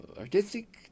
artistic